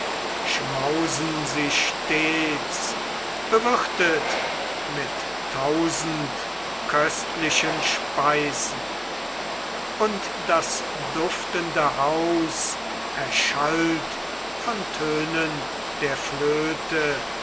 schmausen sie stets bewirtet mit tausend köstlichen speisen und das duftende haus erschallt von tönen der flöte